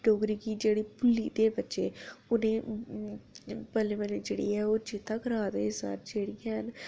डोगरी गी जेह्ड़ी भुल्ली गेदे बच्चे ओह् ओह् चेता करै दे जेह्ड़ी हैन